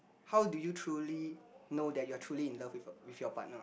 how do you truly know that you are truly in love with your with your partner